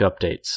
updates